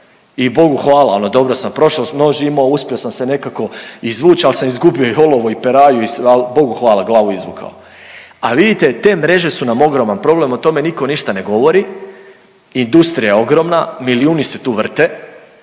i Bogu hvala ono dobro sam prošao, nož imao, uspio sam se nekako izvuć, al sam izgubio i holovo i peraju, al Bogu hvala glavu izvukao. Al vidite te mrežu su nam ogroman problem, o tome niko ništa ne govori, industrija je ogromna, milijuni se tu vrte